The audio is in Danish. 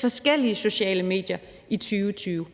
forskellige sociale medier i 2020.